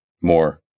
more